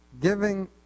giving